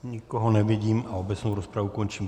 Nikoho nevidím a obecnou rozpravu končím.